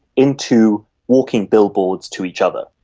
into walking billboards to each other.